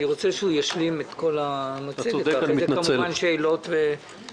אני רוצה שהוא ישלים את כל המצגת ואחר כך נפתח לשאלות ולהתייחסויות.